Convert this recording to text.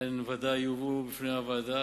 הן בוודאי יובאו בפני הוועדה,